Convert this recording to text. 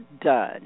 done